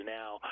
now